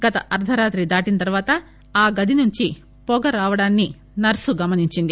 గత అర్ధరాత్రి దాటిన తర్వాత ఆ గది నుంచి పొగ రావడాన్ని నర్సు గమనించింది